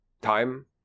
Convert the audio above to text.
time